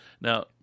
Now